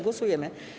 Głosujemy.